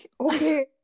Okay